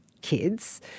kids